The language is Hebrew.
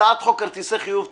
הצעת חוק כרטיסי חיוב (תיקון,